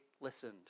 listened